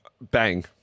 Bang